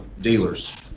dealers